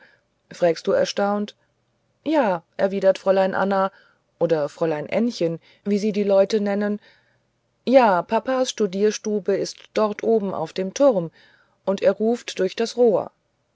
frägst du erstaunt ja erwidert fräulein anna oder fräulein ännchen wie sie die leute nennen ja papas studierstube ist dort oben auf dem turm und er ruft durch das rohr